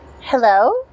Hello